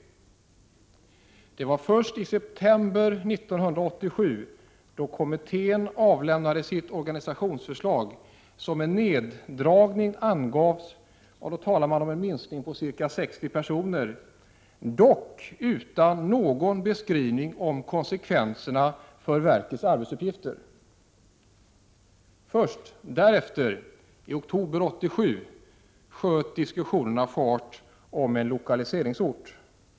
Det var först i september 1987, då kommittén avlämnade sitt organisationsförslag, som neddragningarna angavs — och då talade man om en minskning med ca 60 personer, dock utan beskrivning av konsekvenserna för verkets arbetsuppgifter. Först därefter, i oktober 1987, sköt diskussionerna om lokaliseringsort fart.